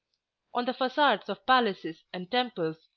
on the facades of palaces and temples,